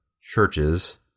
churches